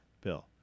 Bill